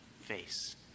face